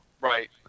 Right